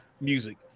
music